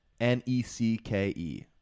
N-E-C-K-E